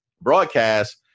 broadcast